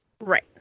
Right